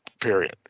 period